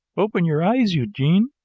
open your eyes, eugene?